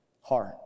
heart